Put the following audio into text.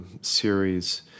series